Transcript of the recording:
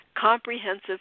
comprehensive